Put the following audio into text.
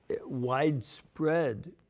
widespread